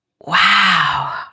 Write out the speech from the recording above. wow